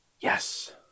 Yes